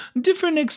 different